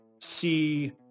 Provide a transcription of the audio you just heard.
see